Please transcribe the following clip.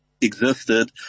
existed